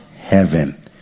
heaven